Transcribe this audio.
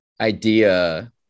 idea